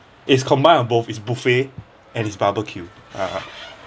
it's combined of both is buffet and is barbecue ah